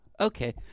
Okay